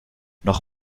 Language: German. noch